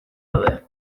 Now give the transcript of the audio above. daude